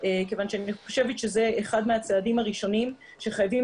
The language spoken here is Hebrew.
אני חושבת שזה אחד הצעדים הראשונים שחייבים